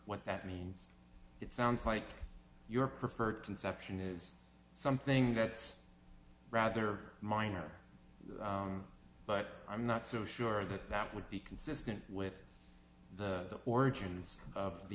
what that means it sounds like your preferred conception is something that's rather minor but i'm not so sure that that would be consistent with the origins of the